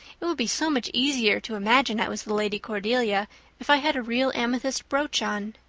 it would be so much easier to imagine i was the lady cordelia if i had a real amethyst brooch on.